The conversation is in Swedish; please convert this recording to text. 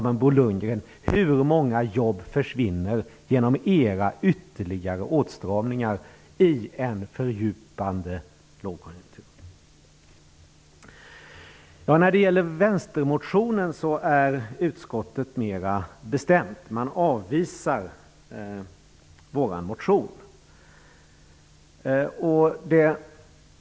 Men, Bo Lundgren, hur många jobb försvinner genom era ytterligare åtstramningar i en djupnande lågkonjunktur? När det gäller vänstermotionen är utskottet mer bestämt. Man avvisar vår motion.